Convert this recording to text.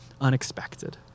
unexpected